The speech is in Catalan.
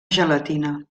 gelatina